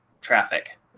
traffic